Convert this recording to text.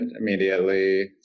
immediately